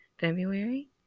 February